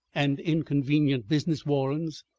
and inconvenient business warrens,